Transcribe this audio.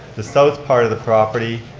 the south part of the property,